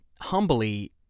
humbly